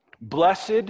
Blessed